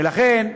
ולכן,